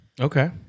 Okay